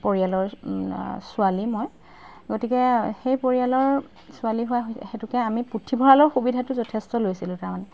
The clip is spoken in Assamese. পৰিয়ালৰ ছোৱালী মই গতিকে সেই পৰিয়ালৰ ছোৱালী হোৱা সেইটোকে আমি পুথিভঁৰালৰ সুবিধাটো যথেষ্ট লৈছিলোঁ তাৰমানে